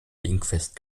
dingfest